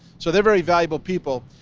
so they're very valuable people.